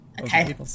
okay